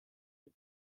dem